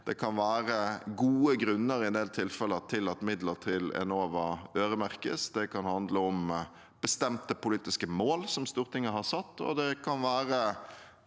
være gode grunner til at midler til Enova øremerkes. Det kan handle om bestemte politiske mål Stortinget har satt,